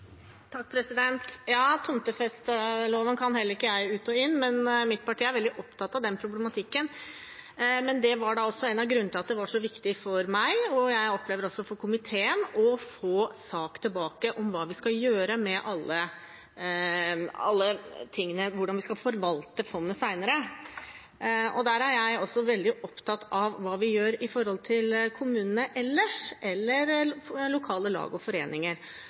veldig opptatt av denne problematikken. Det var også en av grunnene til at det var så viktig for meg – og jeg opplever også for komiteen – å få en sak tilbake om hva vi skal gjøre med alle tingene, hvordan vi skal forvalte fondet senere. Jeg er også veldig opptatt av hva vi gjør når det gjelder kommunene ellers, eller lokale lag og foreninger.